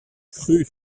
crues